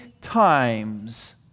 times